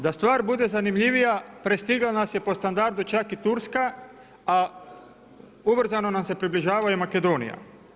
Da stvar bude zanimljivija prestigla nas je po standardu čak i Turska, a ubrzano nam se približava i Makedonija.